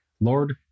Lord